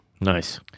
Nice